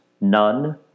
none